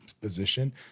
position